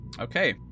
Okay